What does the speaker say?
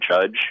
Judge